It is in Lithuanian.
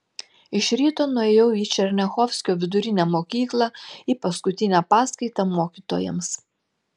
iš ryto nuėjau į černiachovskio vidurinę mokyklą į paskutinę paskaitą mokytojams